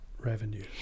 revenue